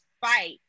fight